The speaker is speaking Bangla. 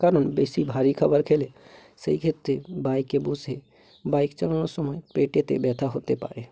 কারণ বেশি ভারি খাবার খেলে সেই ক্ষেত্রে বাইকে বসে বাইক চালানোর সময় পেটেতে ব্যথা হতে পারে